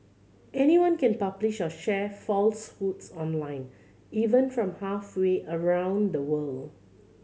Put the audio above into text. anyone can publish or share falsehoods online even from halfway around the world